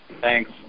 Thanks